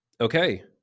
Okay